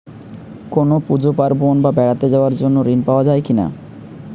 কোনো পুজো পার্বণ বা বেড়াতে যাওয়ার জন্য ঋণ পাওয়া যায় কিনা?